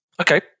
Okay